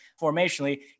formationally